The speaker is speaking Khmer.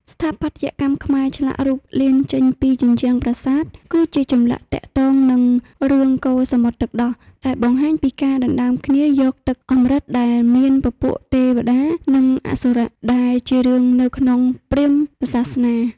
ស្ថាបត្យកម្មខ្មែរឆ្លាក់រូបលៀនចេញពីជញ្ជ្រាំប្រាសាទគឺជាចម្លាក់ទាក់ទងនិងរឿងកូរសមុទ្រទឹកដោះដែលបង្ហាញពីការដណ្តើមគ្នាយកទឹកអំរិតដែលមានពពួកទេវតានិងអសុរៈដែលជារឿងនៅក្នុងព្រាហ្មណ៍សាសនា។